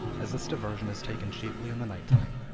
as this diversion is taken chiefly in the night time,